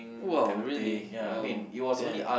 !wow! really oh damn